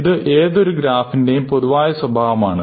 ഇത് ഏതൊരു ഗ്രാഫിന്റെയും പൊതുവായുള്ള സ്വഭാവമാണ്